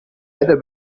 leider